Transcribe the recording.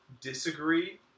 disagree